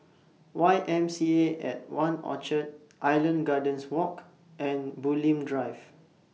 Y M C A At one Orchard Island Gardens Walk and Bulim Drive